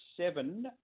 seven